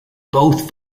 both